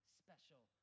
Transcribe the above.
special